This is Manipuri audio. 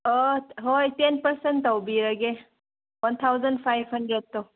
ꯑꯣ ꯍꯣꯏ ꯇꯦꯟ ꯄꯥꯔꯁꯟ ꯇꯧꯕꯤꯔꯒꯦ ꯋꯥꯟ ꯊꯥꯎꯖꯟ ꯐꯥꯏꯚ ꯍꯟꯗ꯭ꯔꯦꯗꯇꯣ